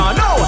no